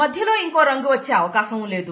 మధ్యలో ఇంకొక రంగు వచ్చే అవకాశం లేదు